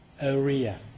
area